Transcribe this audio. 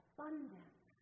Abundance